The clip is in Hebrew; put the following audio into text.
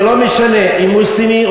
ולא משנה אם הוא מוסלמי,